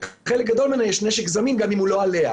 ולחלק גדול ממנה יש נשק זמין גם אם הוא לא עליה.